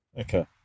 Okay